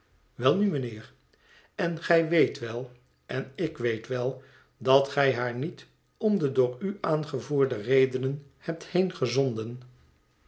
welnu mijnheer en gij weet wel en ik weet wel dat gij haar niet om de door u aangevoerde redenen hebt